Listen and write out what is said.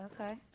Okay